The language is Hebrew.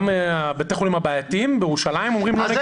גם בתי החולים הבעייתיים בירושלים אומרים: לא נגיע ל-101.5%?